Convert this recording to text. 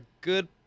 good